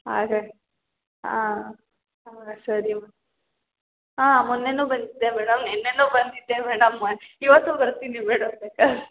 ಹಾಗಾಗಿ ಹಾಂ ಹಾಂ ಸರಿ ಮಾಮ್ ಹಾಂ ಮೊನ್ನೆನು ಬಂದಿದ್ದೆ ಮೇಡಮ್ ನೆನ್ನೆನು ಬಂದಿದ್ದೆ ಮೇಡಮ್ ಇವತ್ತು ಬರ್ತೀನಿ ಮೇಡಮ್ ಬೇಕಾರೆ